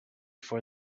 for